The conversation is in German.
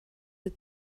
sie